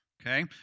Okay